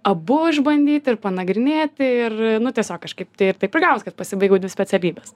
abu išbandyti ir panagrinėti ir nu tiesiog kažkaip tai ir taip ir gavos kad pasibaigiau dvi specialybes